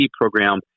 program